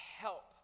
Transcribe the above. help